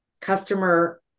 customer